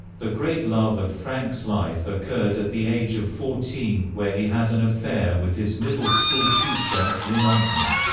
the great love of frank's life occurred at the age of fourteen, where he had an affair with his middle-school teacher, lynn onkmann.